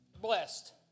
blessed